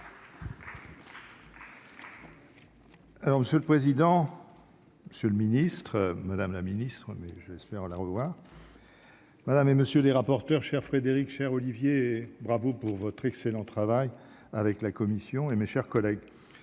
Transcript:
Monsieur le Président, c'est le ministre, Madame la Ministre, mais j'espère la revoir madame et monsieur les rapporteurs chers Frédéric cher Olivier, bravo pour votre excellent travail avec la Commission et mes chers collègues,